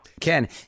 Ken